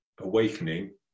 awakening